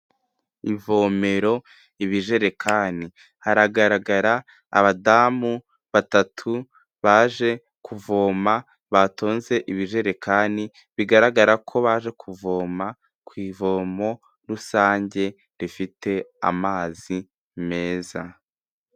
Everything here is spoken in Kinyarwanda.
Ivomero, ibijerekani, haragaragara abadamu batatu baje kuvoma batonze ibijerekani, bigaragara ko baje kuvoma ku ivomo rusange rifite amazi meza.